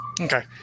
Okay